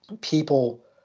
people